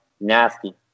nasty